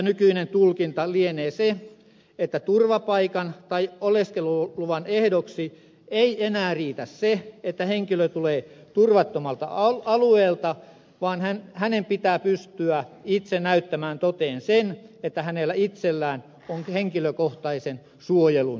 nykyinen tulkinta lienee se että turvapaikan tai oleskeluluvan ehdoksi ei enää riitä se että henkilö tulee turvattomalta alueelta vaan hänen pitää pystyä itse näyttämään toteen se että hänellä itsellään on henkilökohtaisen suojelun tarve